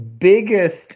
biggest